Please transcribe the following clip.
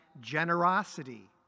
generosity